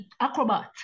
acrobat